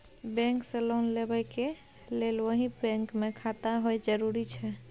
Bank से loan लेबै के लेल वही बैंक मे खाता होय जरुरी छै?